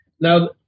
Now